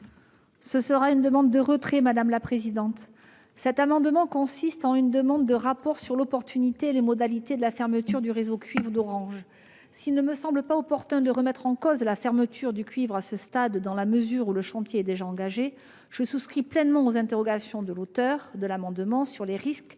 mise en oeuvre. Quel est l'avis de la commission ?. Cet amendement tend à demander la remise d'un rapport sur l'opportunité et les modalités de la fermeture du réseau cuivre d'Orange. S'il ne me semble pas opportun de remettre en cause la fermeture du réseau cuivre à ce stade, dans la mesure où le chantier est déjà engagé, je souscris pleinement aux interrogations des auteurs de l'amendement sur les risques